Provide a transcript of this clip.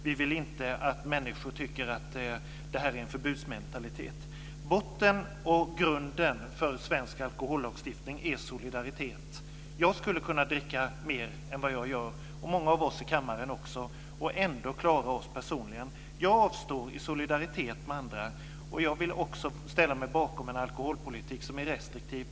Vi vill inte att människor tycker att det är en förbudsmentalitet. Botten och grunden för svensk alkohollagstiftning är solidaritet. Jag skulle kunna dricka mer än vad jag gör, och många andra av oss i kammaren också, och ändå klara mig personligen. Jag avstår i solidaritet med andra. Jag vill också ställa mig bakom en alkoholpolitik som är restriktiv.